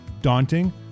daunting